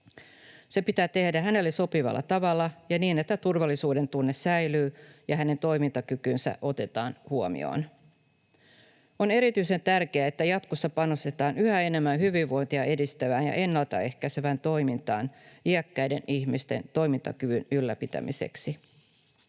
Se pitää tehdä hänelle sopivalla tavalla ja niin, että turvallisuudentunne säilyy ja hänen toimintakykynsä otetaan huomioon. On erityisen tärkeää, että jatkossa panostetaan yhä enemmän hyvinvointia edistävään ja ennalta ehkäisevään toimintaan iäkkäiden ihmisten toimintakyvyn ylläpitämiseksi.